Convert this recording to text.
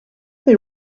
they